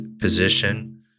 position